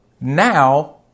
now